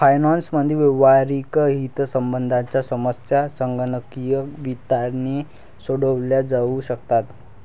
finance मधील व्यावहारिक हितसंबंधांच्या समस्या संगणकीय वित्ताने सोडवल्या जाऊ शकतात